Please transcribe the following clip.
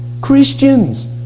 Christians